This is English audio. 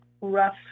rough